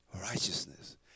Righteousness